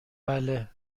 بله